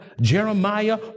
Jeremiah